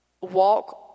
walk